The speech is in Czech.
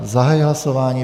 Zahajuji hlasování.